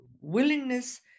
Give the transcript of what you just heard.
willingness